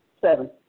Seven